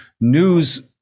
news